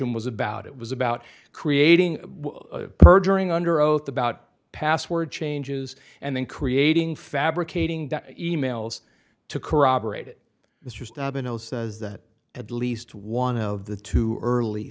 n was about it was about creating perjuring under oath about password changes and then creating fabricating e mails to corroborate it is that at least one of the two early